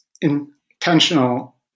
intentional